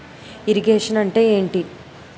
Irrigation అంటే ఏంటీ?